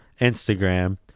instagram